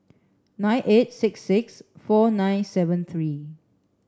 nine eight six six four nine seven three